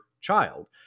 child